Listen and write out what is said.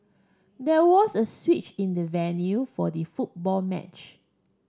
there was a switch in the venue for the football match